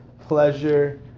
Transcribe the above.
pleasure